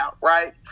right